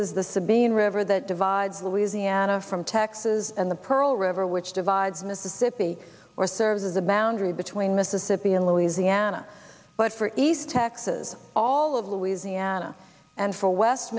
is the sabine river that divides louisiana from texas and the pearl river which divides mississippi or serves as a boundary between mississippi and louisiana but for east texas all of louisiana and for west